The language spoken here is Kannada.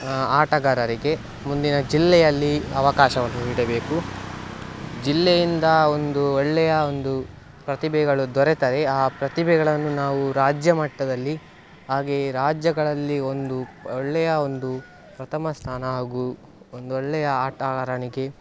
ಆಟಗಾರರಿಗೆ ಮುಂದಿನ ಜಿಲ್ಲೆಯಲ್ಲಿ ಅವಕಾಶವನ್ನು ನೀಡಬೇಕು ಜಿಲ್ಲೆಯಿಂದ ಒಂದು ಒಳ್ಳೆಯ ಒಂದು ಪ್ರತಿಭೆಗಳು ದೊರೆತರೆ ಆ ಪ್ರತಿಭೆಗಳನ್ನು ನಾವು ರಾಜ್ಯಮಟ್ಟದಲ್ಲಿ ಹಾಗೇ ರಾಜ್ಯಗಳಲ್ಲಿ ಒಂದು ಒಳ್ಳೆಯ ಒಂದು ಪ್ರಥಮ ಸ್ಥಾನ ಹಾಗೂ ಒಂದು ಒಳ್ಳೆಯ ಆಟಗಾರನಿಗೆ